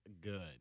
good